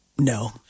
No